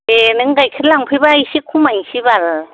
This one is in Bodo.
दे नों गाइखेर लांफैबा एसे खमायनोसै बाल